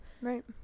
right